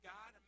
God